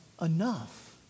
enough